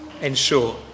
ensure